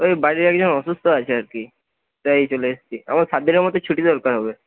ওই বাড়িতে একজন অসুস্থ আছে আর কী তাই চলে এসছি আমার সাতদিনের মতো ছুটি দরকার হবে